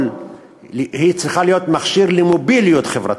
היא צריכה להיות מכשיר למוביליות חברתית,